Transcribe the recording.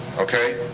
okay?